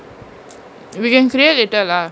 we can create later lah